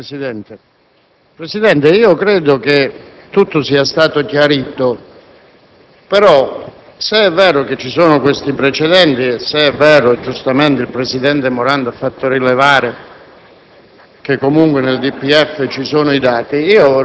*(Ulivo)*. Signor Presidente, credo che tutto sia stato chiarito. Però, se è vero che ci sono questi precedenti e se è vero, come giustamente il senatore Morando ha fatto rilevare,